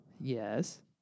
Yes